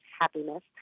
happiness